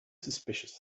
suspicious